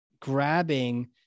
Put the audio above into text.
grabbing